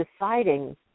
deciding